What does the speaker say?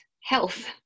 health